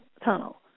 tunnel